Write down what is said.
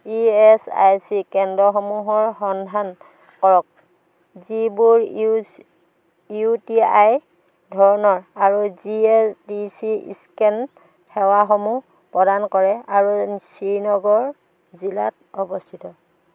E S I C কেন্দ্ৰসমূহৰ সন্ধান কৰক যিবোৰ ইউ ইউ টি আই ধৰণৰ আৰু যিয়ে ডি চি স্কেন সেৱাসমূহ প্ৰদান কৰে আৰু শ্ৰীনগৰ জিলাত অৱস্থিত